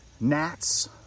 gnats